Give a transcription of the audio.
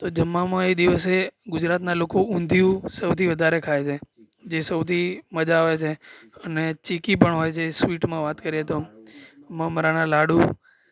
તો જમવામાં એ દિવસે ગુજરાતનાં લોકો ઊંધિયું સૌથી વધારે ખાય છે જે સૌથી મજા આવે છે અને ચીકી પણ હોય છે સ્વીટમાં વાત કરીએ તો મમરાના લાડુ